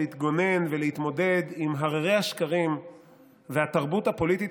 להתגונן ולהתמודד עם הררי השקרים והתרבות הפוליטית